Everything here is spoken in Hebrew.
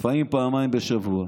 לפעמים פעמיים בשבוע,